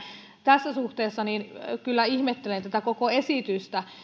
tässä suhteessa kyllä ihmettelen tätä koko esitystä